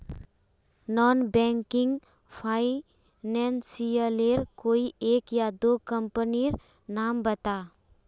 Non banking financial लेर कोई एक या दो कंपनी नीर नाम बता?